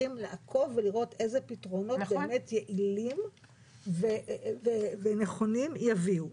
צריכים לעקוב ולראות איזה פתרונות באמת יעילים ונכונים יביאו.